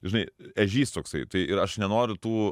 žinai ežys toksai tai ir aš nenoriu tų